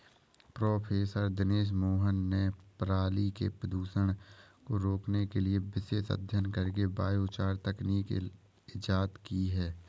professor Dinesh Mohan ने पराली के प्रदूषण को रोकने के लिए विशेष अध्ययन करके बायोचार तकनीक इजाद की है